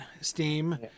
Steam